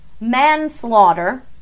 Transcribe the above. manslaughter